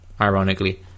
ironically